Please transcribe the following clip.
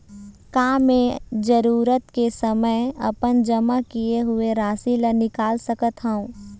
का मैं जरूरत के समय अपन जमा किए हुए राशि ला निकाल सकत हव?